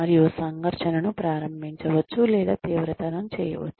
మరియు సంఘర్షణను ప్రారంభించవచ్చు లేదా తీవ్రతరం చేయవచ్చు